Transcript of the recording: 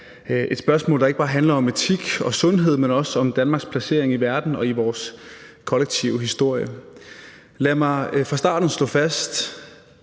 et spørgsmål, der ikke bare handler om etik og sundhed, men også om Danmarks placering i verden og i vores kollektive historie. Lad mig fra starten slå fast,